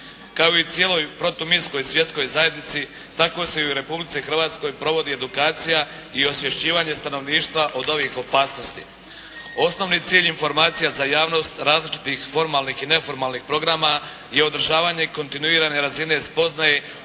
Kao i cijeloj protuminskoj svjetskoj zajednici tako se i u Republici Hrvatskoj provodi edukacija i osvješćivanje stanovništva od ovih opasnosti. Osnovni cilj informacija za javnost, različitih formalnih i neformalnih programa i održavanje kontinuirane razine spoznaje